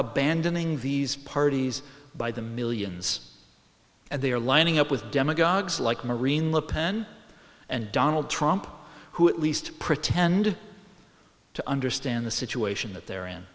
abandoning these parties by the millions and they are lining up with demagogues like marine le pen and donald trump who at least pretend to understand the situation that they're in